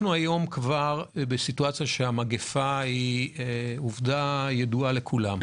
היום אנחנו כבר בסיטואציה שהמגפה היא עובדה ידועה לכולם.